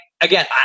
again